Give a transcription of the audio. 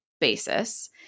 basis